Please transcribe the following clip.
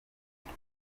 iki